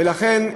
ולכן,